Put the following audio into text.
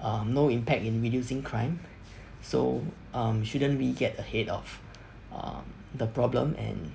uh no impact in reducing crime so um shouldn't we get ahead of um the problem and